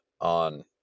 on